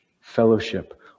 fellowship